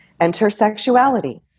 intersexuality